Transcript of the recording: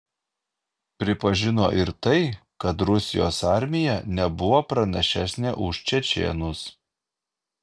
pripažino ir tai kad rusijos armija nebuvo pranašesnė už čečėnus